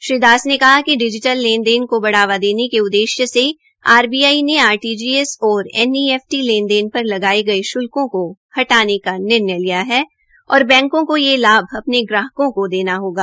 श्री दास ने कहा कि डिजीटल लेन देन को बढ़ावा दकने के उद्देश्य से आरबीआई ने आरटीजीएस और एनईएफटी लेन देन पर लगाये गये श्ल्कों को हटाने का निर्णय लिया है औ बैंकों को यह लाभ अपने ग्राहकों को देना होगा